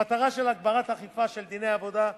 המטרה של הגברת האכיפה של דיני עבודה,